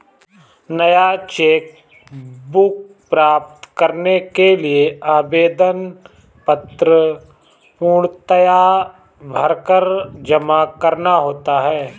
नया cheque book प्राप्त करने के लिए आवेदन पत्र पूर्णतया भरकर जमा करना होता है